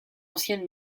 ancienne